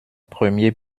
premier